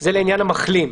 זה לעניין המחלים.